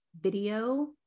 video